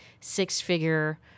six-figure